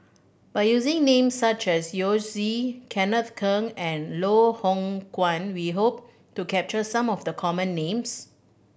by using names such as Yao Zi Kenneth Keng and Loh Hoong Kwan we hope to capture some of the common names